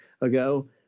ago